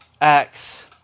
Acts